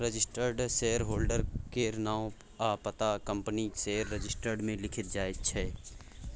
registered shareholder केर नाओ आ पता कंपनीक शेयर रजिस्टर मे लिखल जाइ छै